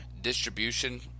distribution